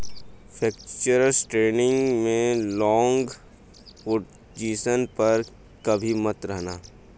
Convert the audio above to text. futures trading में long position पर कभी मत रहना